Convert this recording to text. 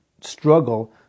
struggle